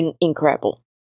incredible